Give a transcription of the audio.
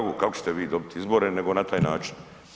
Kako ćete vi dobiti izbore nego na taj način.